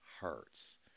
hurts